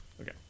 Okay